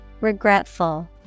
Regretful